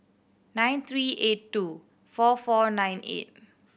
nine three eight two four four nine eight